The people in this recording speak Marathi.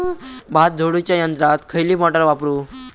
भात झोडूच्या यंत्राक खयली मोटार वापरू?